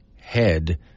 head